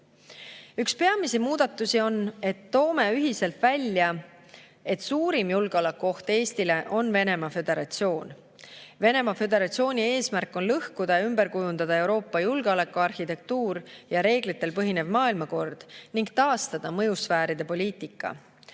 Üks peamisi muudatusi on, et toome ühiselt välja, et suurim julgeolekuoht Eestile on Venemaa Föderatsioon. Venemaa Föderatsiooni eesmärk on lõhkuda ja ümber kujundada Euroopa julgeolekuarhitektuur ja reeglitel põhinev maailmakord ning taastada mõjusfääride poliitika.